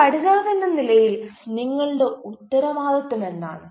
ഒരു പഠിതാവെന്ന നിലയിൽ നിങ്ങളുടെ ഉത്തരവാദിത്തമെന്താണ്